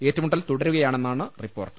ഏറ്റുമു ട്ടൽ തുടരുകയാണെന്നാണ് റിപ്പോർട്ട്